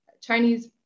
Chinese